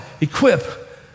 equip